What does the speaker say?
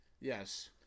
Yes